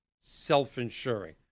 self-insuring